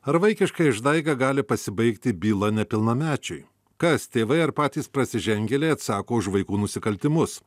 ar vaikiška išdaiga gali pasibaigti byla nepilnamečiui kas tėvai ar patys prasižengėliai atsako už vaikų nusikaltimus